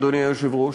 אדוני היושב-ראש,